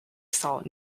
salt